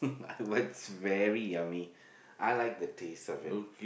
but it was very yummy I like the taste of it